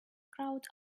crowd